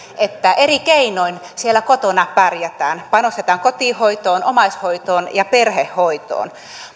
että eri keinoin siellä kotona pärjätään panostetaan kotihoitoon omaishoitoon ja perhehoitoon